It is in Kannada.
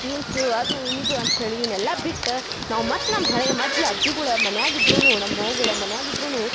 ಜೀನ್ಸು ಅದು ಇದು ಅಂತ ಹೇಳಿ ಇವನ್ನೆಲ್ಲ ಬಿಟ್ಟು ನಾವು ಮತ್ತೆ ನಮ್ಮ ಹಳೆಯ ಮೊದ್ಲ್ ಅಜ್ಜಿಗಳು ಮನ್ಯಾಗೆ ಇದ್ರೂ ನಮ್ಮ ಅವ್ಗಳು ಮನ್ಯಾಗಿದ್ರೂ